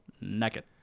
Naked